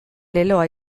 leloa